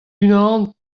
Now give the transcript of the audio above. unan